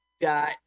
dot